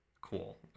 Cool